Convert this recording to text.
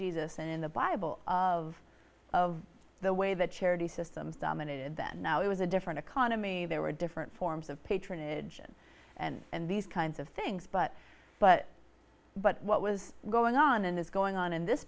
jesus in the bible of of the way that charity system dominated then now it was a different economy there were different forms of patronage and and and these kinds of things but but but what was going on and is going on in this